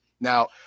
Now